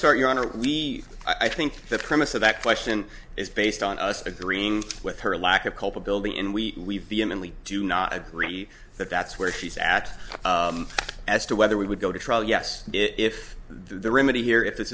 start you want to leave i think the premise of that question is based on us agreeing with her lack of culpability and we vehemently do not agree that that's where she's at as to whether we would go to trial yes if the remedy here if this